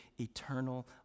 eternal